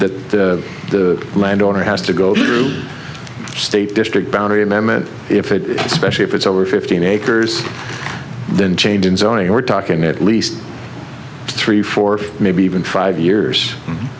time the land owner has to go to state district boundary amendment if it especially if it's over fifteen acres then change in zoning or talking at least three four maybe even five years